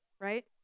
right